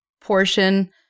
portion